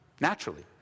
naturally